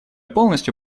полностью